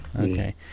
okay